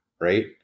Right